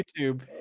YouTube